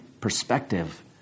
perspective